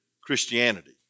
Christianity